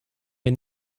wir